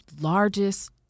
largest